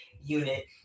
unit